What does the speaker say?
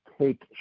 take